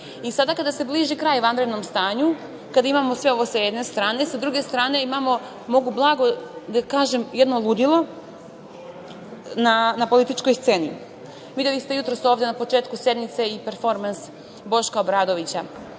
Vučić. Sada kada se bliži kraj vanrednom stanju, kada imamo sve ovo sa jedne strane, sa druge strane imamo, mogu blago da kažem, jedno ludilo na političkoj sceni. Videli ste jutros ovde na početku sednice i performans Boška Obradovića.